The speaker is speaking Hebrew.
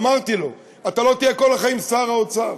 ואמרתי לו: אתה לא תהיה כל החיים שר האוצר,